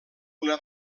una